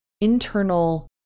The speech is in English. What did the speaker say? internal